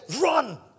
run